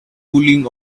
cooling